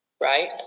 Right